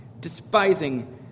despising